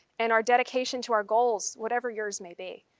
and our dedication to our goals, whatever yours may be.